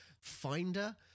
finder